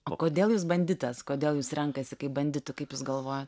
o kodėl jūs banditas kodėl jūs renkasi kaip banditu kaip jūs galvojat